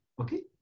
Okay